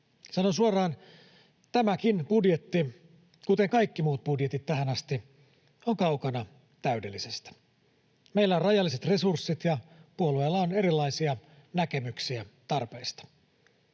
Sanon suoraan: tämäkin budjetti, kuten kaikki muut budjetit tähän asti, on kaukana täydellisestä. Meillä on rajalliset resurssit, ja puolueilla on erilaisia näkemyksiä tarpeista.